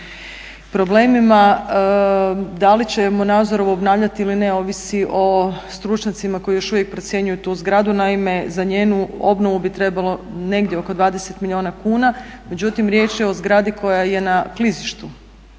problemima. Da li ćemo Nazorovu obnavljati ili ne ovisi o stručnjacima koji još uvijek procjenjuju tu zgradu. Naime, za njenu obnovu bi trebalo negdje oko 20 milijuna kuna, međutim riječ je o zgradi koja je na klizištu.